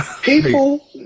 People